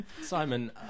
Simon